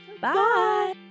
Bye